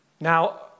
Now